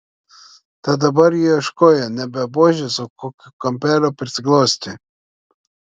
tad dabar jie ieškojo nebe buožės o kokio kampelio prisiglausti